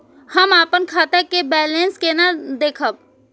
हम अपन खाता के बैलेंस केना देखब?